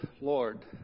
Lord